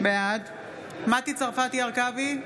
בעד מטי צרפתי הרכבי,